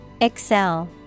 Excel